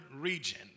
region